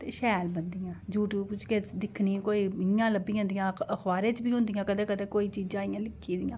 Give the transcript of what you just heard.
ते शैल बनदियां न यूटयूब च दिक्खनी आं किश इयां गै लब्भी जंदियां अखबारें च बी होंदियां कदें कोई चीजां इयां लिखी दियां